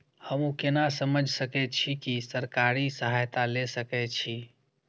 हमू केना समझ सके छी की सरकारी सहायता ले सके छी?